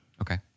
Okay